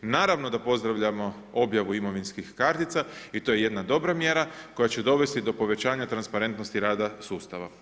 Naravno da pozdravljamo objavu imovinskih kartica i to je jedna dobra mjera koja će dovesti do povećanja transparentnosti rada sustava.